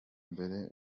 mbere